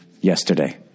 yesterday